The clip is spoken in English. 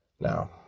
Now